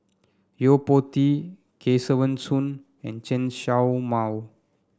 Yo Po Tee Kesavan Soon and Chen Show Mao